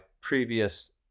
previous